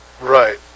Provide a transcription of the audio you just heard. Right